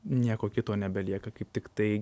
nieko kito nebelieka kaip tiktai